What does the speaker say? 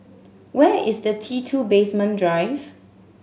where is the T Two Basement Drive